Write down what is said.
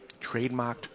trademarked